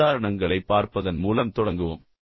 சில உதாரணங்களைப் பார்ப்பதன் மூலம் தொடங்குவோம்